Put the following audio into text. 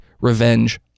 revenge